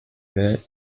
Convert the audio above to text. leurs